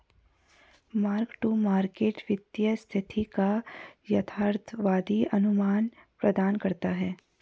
mark to market वित्तीय स्थिति का यथार्थवादी अनुमान प्रदान करता है